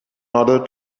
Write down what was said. order